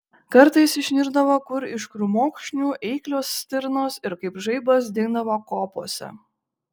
kartais išnirdavo kur iš krūmokšnių eiklios stirnos ir kaip žaibas dingdavo kopose